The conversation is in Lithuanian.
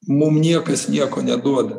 mum niekas nieko neduoda